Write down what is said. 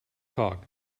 cock